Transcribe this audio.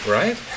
right